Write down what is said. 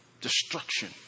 destruction